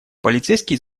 полицейские